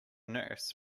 nurse